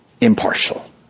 impartial